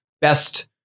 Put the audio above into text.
best